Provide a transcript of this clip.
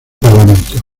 parlamento